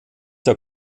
der